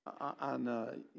on